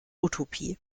utopie